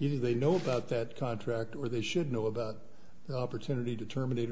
you know they know about that contract or they should know about the opportunity to terminate